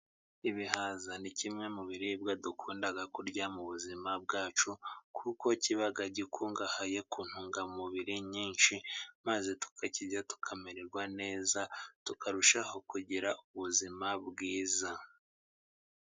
Ibihaza ni kimwe mu biribwa dukunda kurya mu buzima bwacu, kuko kiba gikungahaye ku ntungamubiri nyinshi, maze tukakirya tukamererwa neza, tukarushaho kugira ubuzima bwiza.